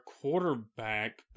quarterback